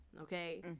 okay